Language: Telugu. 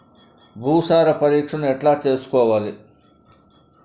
భూసార పరీక్షను ఎట్లా చేసుకోవాలి?